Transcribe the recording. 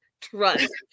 Trust